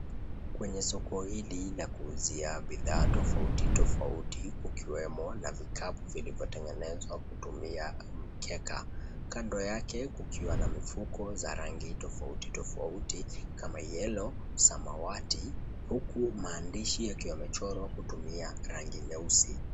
Kwenye soko hili la kuuzia bidhaa tofauti tofauti, kukiwemo na vikapu vilivyotengenezwa kutumia mikeka. Kando yake kukiwa na mifuko za rangi tofauti tofauti kama yellow , samawati huku maandishi yakiwa yamechorwa kutumia rangi nyeusi.